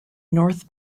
north